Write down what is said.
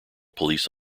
police